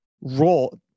role